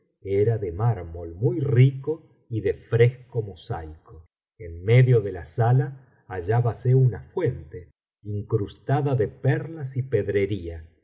era de mármol muy rico y de fresco mosaico en medio de la sala hallábase una fuente incrustada de perlas y pedrería